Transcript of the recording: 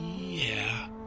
Yeah